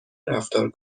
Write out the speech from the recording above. رفتار